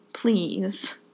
Please